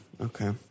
okay